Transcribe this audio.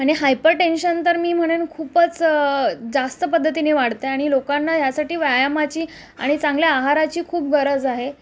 आणि hypertension तर मी म्हणेन खूपच जास्त पद्धतीने वाढते आणि लोकांना ह्यासाठी व्यायामाची आणि चांगल्या आहाराची खूप गरज आहे